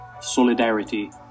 solidarity